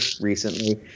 recently